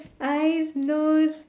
eyes nose